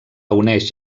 uneix